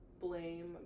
blame